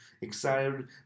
excited